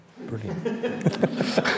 Brilliant